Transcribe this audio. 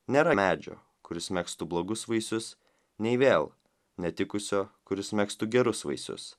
nėra medžio kuris megztų blogus vaisius nei vėl netikusio kuris megztų gerus vaisius